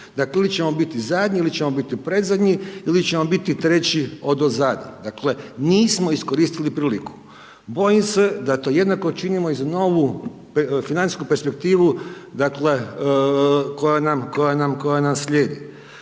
Dakle ili ćemo biti zadnji ili ćemo biti predzadnji ili ćemo biti treći odozada. Dakle nismo iskoristili priliku. Bojim se da to jednako činimo i za ovu financijsku perspektivu, dakle koja nam slijedi